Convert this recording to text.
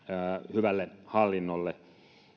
hyvälle hallinnolle